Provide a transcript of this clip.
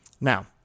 Now